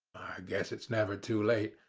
guess it's never too late.